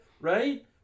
right